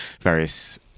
various